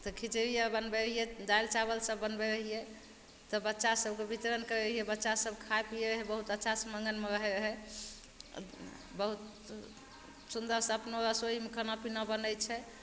तऽ खिचड़ी अर बनबय रहियै दालि चावल सब बनबय रहियै तऽ बच्चा सबके वितरण करय रहियै बच्चा सब खाय पीयै रहय बहुत अच्छासँ मगनमे रहय रहय बहुत सुन्दरसँ अपनो रसोईमे खानापीना बनय छै